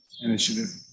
initiative